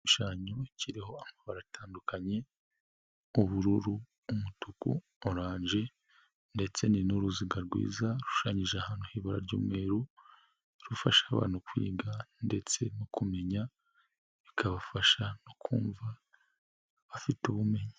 Igishushanyo kiriho amabara atandukanye, ubururu, umutuku, oranje, ndetse ni n'uruziga rwiza rushushanyije ahantu h'ibara ry'umweru, rufasha abantu kwiga ndetse no kumenya, bikabafasha no kumva bafite ubumenyi.